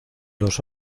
los